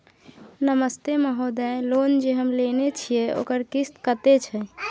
नमस्ते महोदय, लोन जे हम लेने छिये ओकर किस्त कत्ते छै?